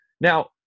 now